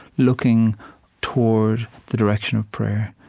looking toward the direction of prayer.